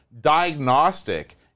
diagnostic